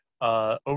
Over